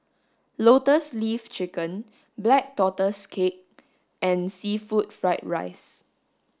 lotus leaf chicken black tortoise cake and seafood fried rice